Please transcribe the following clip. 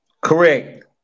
Correct